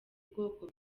ubwoko